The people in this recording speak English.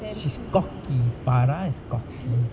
she's cocky farah is cocky